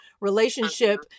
relationship